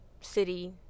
city